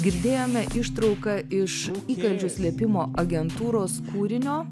girdėjome ištrauka iš įkalčių slėpimo agentūros kūrinio